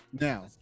now